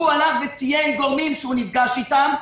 הוא הלך וציין גורמים שהוא נפגש איתם,